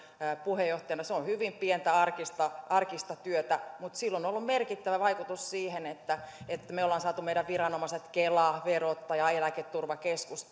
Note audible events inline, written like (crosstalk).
puheenjohtajana se on hyvin pientä arkista arkista työtä mutta sillä on ollut merkittävä vaikutus siihen että että me olemme saaneet meidän viranomaiset kelan verottajan eläketurvakeskuksen (unintelligible)